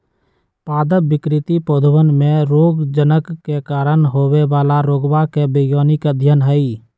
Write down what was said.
पादप विकृति पौधवन में रोगजनक के कारण होवे वाला रोगवा के वैज्ञानिक अध्ययन हई